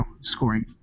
scoring